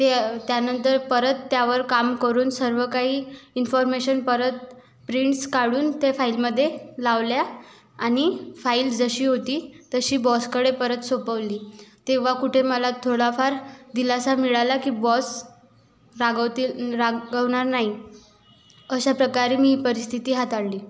ते त्यानंतर परत त्यावर काम करून सर्व काही इन्फॉर्मेशन परत प्रिंट्स काढून ते फाईलमध्ये लावल्या आणि फाईल जशी होती तशी बॉसकडे परत सोपवली तेव्हा कुठे मला थोडाफार दिलासा मिळाला की बॉस रागवतील रागवणार नाही अशा प्रकारे मी परिस्थिती हाताळली